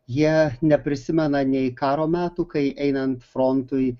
jie neprisimena nei karo metų kai einant frontui